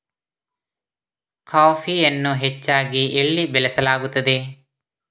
ಕಾಫಿಯನ್ನು ಹೆಚ್ಚಾಗಿ ಎಲ್ಲಿ ಬೆಳಸಲಾಗುತ್ತದೆ?